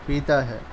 پیتا ہے